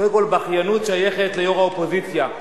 קודם כול, בכיינות שייכת ליו"ר האופוזיציה,